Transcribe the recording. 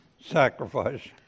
sacrifice